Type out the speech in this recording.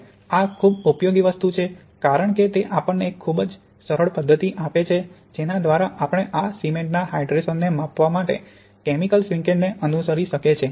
હવે આ ખૂબ ઉપયોગી વસ્તુ છે કારણ કે તે આપણને એક ખૂબ જ સરળ પદ્ધતિ આપે છે જેના દ્વારા આપણે આ સીમેંન્ટના હાઇડ્રેશનને માપવા માટે કેમિકલ શ્રીકેજને અનુસરી શકે છે